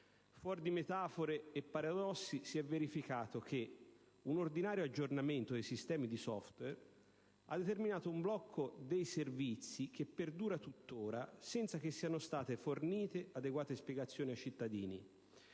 Fuor di metafore e paradossi, si è verificato che un ordinario aggiornamento dei sistemi di *software* ha determinato un blocco dei servizi, che perdura tuttora, senza che siano state fornite adeguate spiegazioni ai cittadini